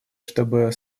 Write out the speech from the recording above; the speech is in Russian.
чтобы